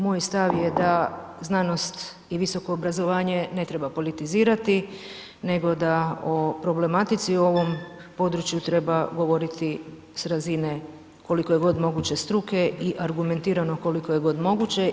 Moj stav je da znanost i visoko obrazovanje ne treba politizirati, nego da o problematici u ovom području treba govoriti s razine koliko je god moguće struke i argumentirano koliko je god moguće.